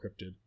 encrypted